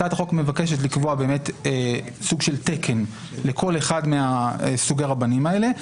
הצעת החוק מבקשת לקבוע סוג של תקן לכל אחד מסוגי הרבנים האלה.